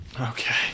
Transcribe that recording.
Okay